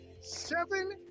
seven